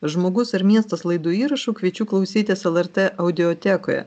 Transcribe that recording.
žmogus ir miestas laidų įrašų kviečiu klausytis lrt audiotekoje